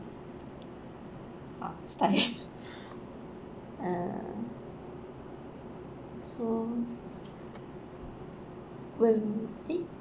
oh start already uh so when eh